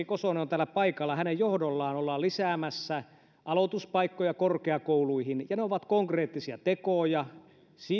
kosonen on täällä paikalla ja hänen johdollaan ollaan lisäämässä aloituspaikkoja korkeakouluihin ja ne ovat konkreettisia tekoja